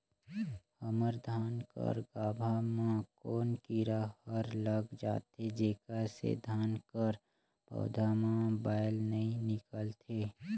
हमर धान कर गाभा म कौन कीरा हर लग जाथे जेकर से धान कर पौधा म बाएल नइ निकलथे?